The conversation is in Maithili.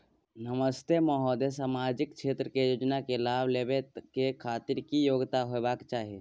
नमस्ते महोदय, सामाजिक क्षेत्र के योजना के लाभ लेबै के खातिर की योग्यता होबाक चाही?